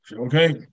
okay